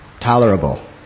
tolerable